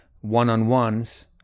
One-on-ones